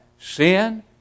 Sin